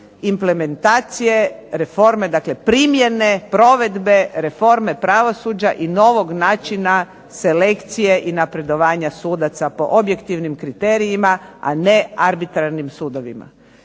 implementacije reforme, dakle primjene, provedbe reforme pravosuđa i novog načina selekcije i napredovanja sudaca po objektivnim kriterijima, a ne arbitražnim sudovima.